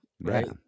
right